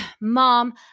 mom